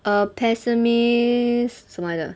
a pessimist 什么来的